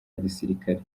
gisirikare